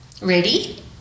Ready